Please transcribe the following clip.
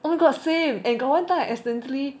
oh my god same and got one time I accidentally